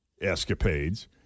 escapades